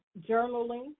journaling